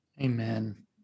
Amen